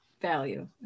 value